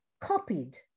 copied